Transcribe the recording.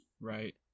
right